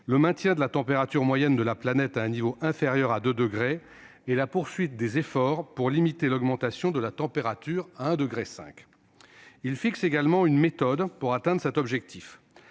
l'augmentation de la température moyenne de la planète à un niveau inférieur à 2 degrés et la poursuite des efforts pour limiter l'augmentation de cette température à 1,5 degré. Il prévoit également une méthode pour atteindre cet objectif.